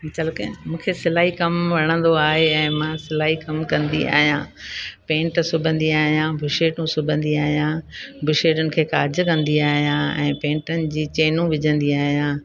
चालू कयां मूंखे सिलाई कमु वणंदो आहे ऐं मां सिलाई कमु कंदी आहियां पेंट सिबंदी आहियां बुशेटूं सिबंदी आहियां बुशेटनि खे काज कंदी आहियां ऐं पेंटनि जी चैनूं विझंदी आहियां